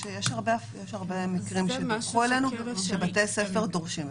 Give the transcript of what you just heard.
יש הרבה מקרים שדיווחו לנו שבתי ספר דורשים.